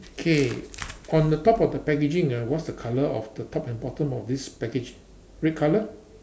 okay on the top of the packaging ah what's the colour of the top and bottom of this package red colour